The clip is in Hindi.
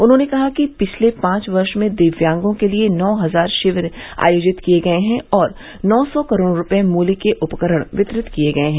उन्होंने कहा कि पिछले पांच वर्ष में दिव्यांगों के लिए नौ हजार शिविर आयोजित किए गए हैं और नौ सौ करोड़ रुपये मूल्य के उपकरण वितरित किए गए हैं